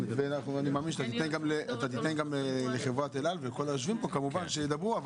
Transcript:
אני מאמין שאתה תיתן גם לחברת אל על ולכל היושבים פה כמובן שידברו.